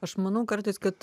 aš manau kartais kad